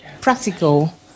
practical